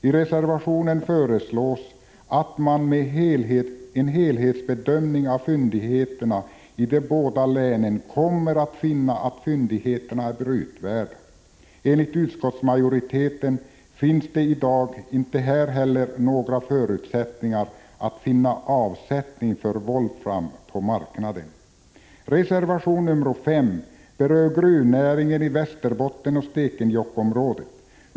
I reservationen sägs att man vid en helhetsbedömning av fyndigheterna i de båda länen kommer att finna att fyndigheterna är brytvärda. Enligt utskottsmajoriteten finns det i dag inga förutsättningar att finna avsättning för volfram på marknaden. I reservation nr 5 berörs gruvnäringen i Västerbotten och Stekenjokkområdet.